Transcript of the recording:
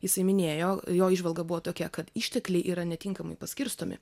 jisai minėjo jo įžvalga buvo tokia kad ištekliai yra netinkamai paskirstomi